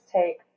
take